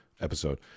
episode